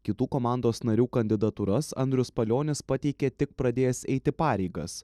kitų komandos narių kandidatūras andrius palionis pateikė tik pradėjęs eiti pareigas